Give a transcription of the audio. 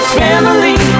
family